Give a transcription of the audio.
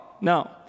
No